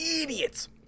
idiots